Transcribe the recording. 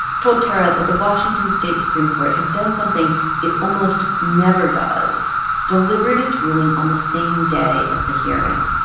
told tara that the washington state supreme court had done something it almost never does delivered its ruling on the same day as the hearing.